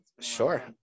Sure